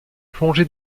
plongé